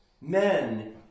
Men